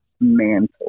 mantle